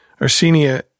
Arsenia